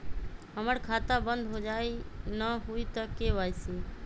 हमर खाता बंद होजाई न हुई त के.वाई.सी?